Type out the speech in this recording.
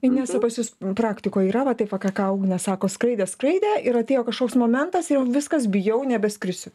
inesa pas jus praktikoj yra taip va ką ką ugnė sako skraidė skraidė ir atėjo kažkoks momentas jau viskas bijau nebeskrisiu